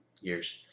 years